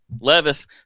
Levis